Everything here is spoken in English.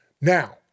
Now